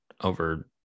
over